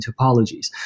topologies